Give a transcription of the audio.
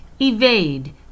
evade